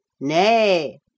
Nay